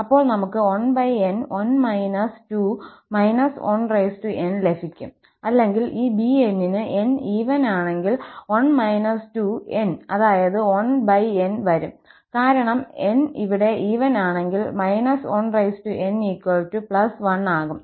അപ്പോൾ നമുക് 1n1−2−1𝑛 ലഭിക്കുംഅല്ലെങ്കിൽ ഈ 𝑏𝑛ന് n ഈവൻ ആണെങ്കിൽ 1−2nഅതായത് −1nവരും കാരണം 𝑛 ഇവിടെ ഈവൻ ആണെങ്കിൽ −1𝑛1 ആകും